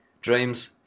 Dreams